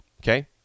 Okay